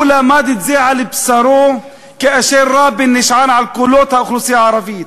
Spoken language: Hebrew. הוא למד את זה על בשרו כאשר רבין נשען על קולות האוכלוסייה הערבית,